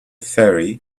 ferry